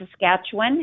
Saskatchewan